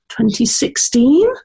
2016